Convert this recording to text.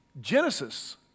Genesis